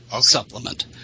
supplement